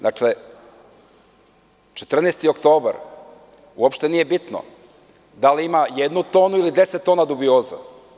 Dakle, „14. oktobar“, uopšte nije bitno, da li ima jednu tonu ili deset tona dubioza.